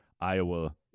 Iowa